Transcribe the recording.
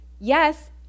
yes